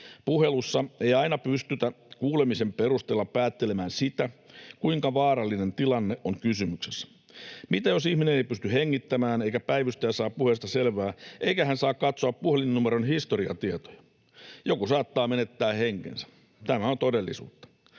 Puhelussa ei aina pystytä kuulemisen perusteella päättelemään sitä, kuinka vaarallinen tilanne on kysymyksessä. Mitä jos ihminen ei pysty hengittämään eikä päivystäjä saa puheesta selvää eikä tämä saa katsoa puhelinnumeron historiatietoja? Joku saattaa menettää henkensä. Tämä on todellisuutta.